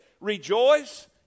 Rejoice